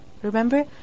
Remember